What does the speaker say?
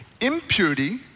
impurity